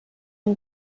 اون